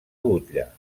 butlla